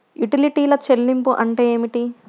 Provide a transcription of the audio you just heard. యుటిలిటీల చెల్లింపు అంటే ఏమిటి?